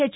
H